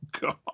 God